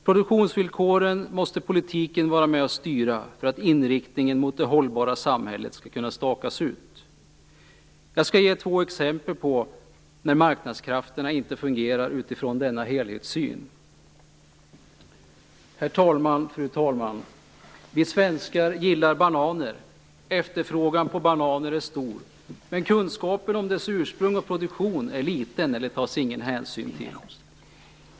Politiken måste vara med och styra produktionsvillkoren för att inriktningen mot det hållbara samhället skall kunna stakas ut. Jag skall ge två exempel på när marknadskrafterna inte fungerar utifrån denna helhetssyn. Fru talman! Vi svenskar gillar bananer. Efterfrågan på bananer är stor. Men kunskapen om deras ursprung och produktion är liten, eller tas ingen hänsyn till.